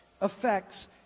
affects